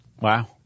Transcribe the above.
Wow